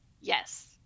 yes